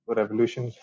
revolution